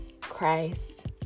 Christ